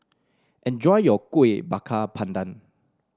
enjoy your Kuih Bakar Pandan